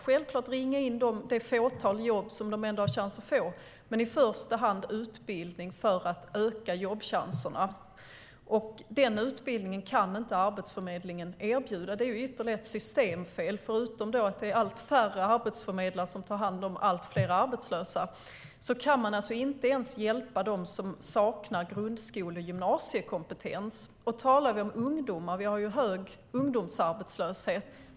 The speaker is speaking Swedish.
Självklart ska man ringa in det fåtal jobb som de har en chans att få, men i första hand handlar det om utbildning för att öka jobbchanserna. Den utbildningen kan inte Arbetsförmedlingen erbjuda. Det är ytterligare ett systemfel, förutom att det är allt färre arbetsförmedlare som tar hand om allt fler arbetslösa. Man kan alltså inte ens hjälpa dem som saknar grundskole och gymnasiekompetens. Vi har hög ungdomsarbetslöshet.